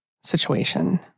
situation